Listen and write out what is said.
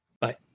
bye